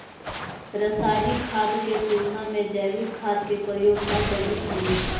रासायनिक खाद के तुलना में जैविक खाद के प्रयोग अब बढ़ित हई